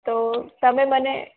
તો તમે મને